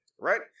right